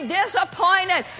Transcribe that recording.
disappointed